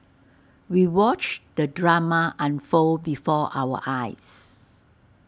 we watched the drama unfold before our eyes